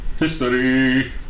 History